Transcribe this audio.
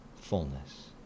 fullness